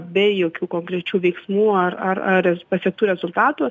be jokių konkrečių veiksmų ar ar ar pasiektų rezultatų